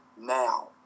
now